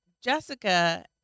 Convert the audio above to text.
Jessica